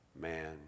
man